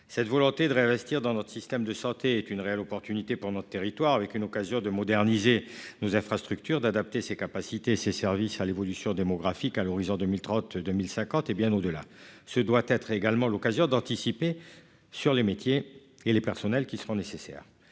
Cette volonté de réinvestir dans notre système de santé est une réelle opportunité pour notre territoire avec une occasion de moderniser nos infrastructures d'adapter ses capacités, ses services à l'évolution démographique à l'horizon 2030 de 1050. Hé bien au-delà ce doit être également l'occasion d'anticiper sur les métiers et les personnels qui seront nécessaires.